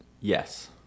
Yes